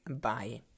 Bye